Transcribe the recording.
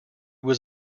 was